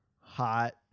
hot